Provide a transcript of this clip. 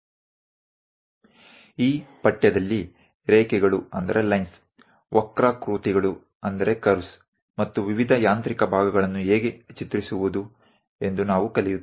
આ અભ્યાસક્રમમાં આપણે રેખા ઓ લાઇન lines કર્વ curveવળાંક અને વિવિધ યાંત્રિક ભાગ કેવી રીતે દોરવા તે શીખીશું